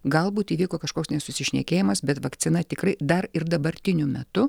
galbūt įvyko kažkoks nesusišnekėjimas bet vakcina tikrai dar ir dabartiniu metu